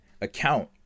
account